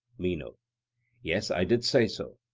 meno yes, i did say so.